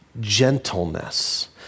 gentleness